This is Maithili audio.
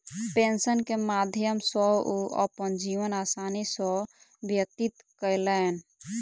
पेंशन के माध्यम सॅ ओ अपन जीवन आसानी सॅ व्यतीत कयलैन